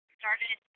started